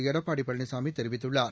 எடப்பாடி பழனிசாமி தெரிவித்துள்ளார்